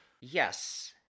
yes